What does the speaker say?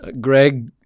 Greg